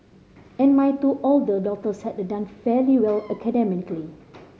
and my two older daughters had done fairly well academically